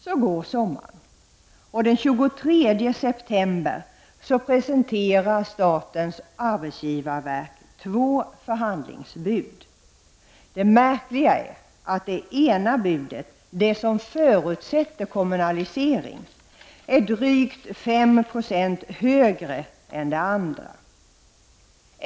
Så går sommaren, och den 23 september presenterar statens arbetsgivarverk två förhandlingsbud. Det märkliga är att det ena budet, det som förutsätter kommunalisering, är drygt 5 Zo högre än det andra.